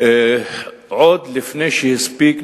עוד לפני שהספיק,